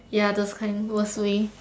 ya those kind worst way